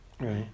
Right